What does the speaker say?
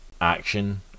action